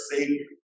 Savior